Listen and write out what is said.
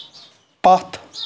پتھ